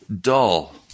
Dull